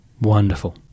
Wonderful